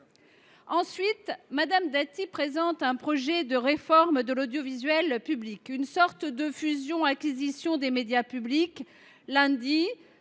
Ensuite, Mme Dati présente un projet de réforme de l’audiovisuel public, une sorte de « fusion acquisition » des médias publics. Lundi